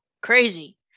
crazy